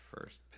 first